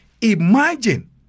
Imagine